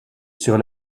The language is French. sur